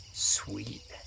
Sweet